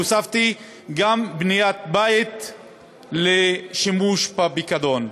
והוספתי גם בניית בית לשימוש בפיקדון,